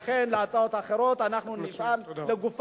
לכן את ההצעות האחרות אנחנו נבחן לגופן.